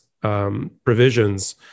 provisions